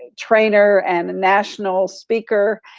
trainer and a national speaker,